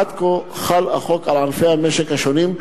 עד כה חל החוק על ענפי המשק השונים,